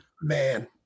Man